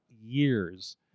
years